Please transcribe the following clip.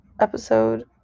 episode